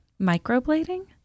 microblading